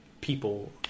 people